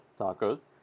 tacos